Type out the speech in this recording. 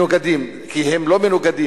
כי הם לא מנוגדים.